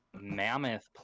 mammoth